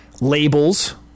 labels